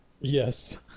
yes